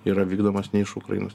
yra vykdomas ne iš ukrainos